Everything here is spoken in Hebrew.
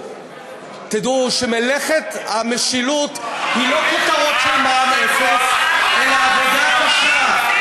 תדעו שמלאכת המשילות היא לא כותרות של מע"מ אפס אלא עבודה קשה.